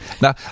Now